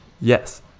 yes